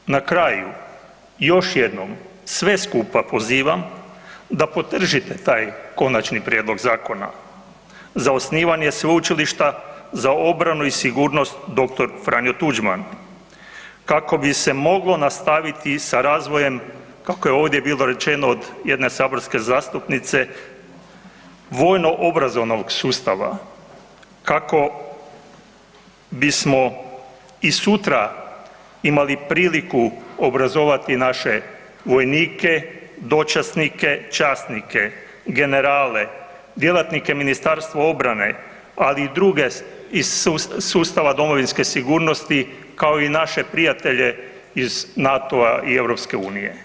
Zato vas na kraju još jednom sve skupa pozivam da podržite taj Konačni prijedlog Zakona za osnivanje Sveučilišta za obranu i sigurnost dr. Franjo Tuđman kako bi se moglo nastaviti sa razvojem kako je ovdje bilo rečeno od jedne saborske zastupnice, vojno-obrazovnog sustava kako bismo i sutra imali priliku obrazovati naše vojnike, dočasnike, časnike, generale, djelatnike MORH-a, ali i druge iz sustava domovinske sigurnosti kao i naše prijatelje iz NATO-a i EU.